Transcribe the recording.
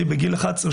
אני בגיל 11,